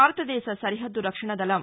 భారతదేశ సరిహద్దు రక్షణ దళం